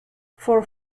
for